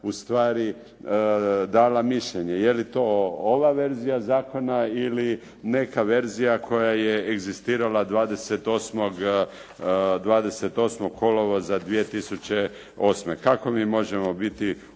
ustvari dala mišljenje. Je li to ova verzija zakona ili neka verzija koja je egzistirala 28. kolovoza 2008. Kako mi možemo biti